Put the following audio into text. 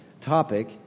topic